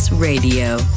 Radio